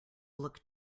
look